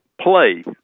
play